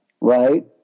Right